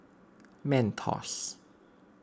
Mentos